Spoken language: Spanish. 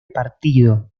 partido